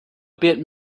bit